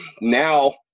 now